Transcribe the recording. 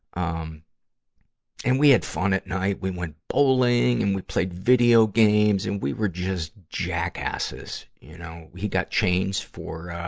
um and we had fun at night. we went bowling and we played video games and we were just jackasses, you know. we got chains for, ah,